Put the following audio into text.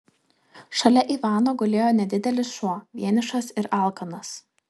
šalia ivano gulėjo nedidelis šuo vienišas ir alkanas